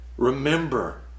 Remember